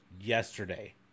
yesterday